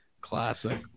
Classic